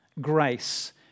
grace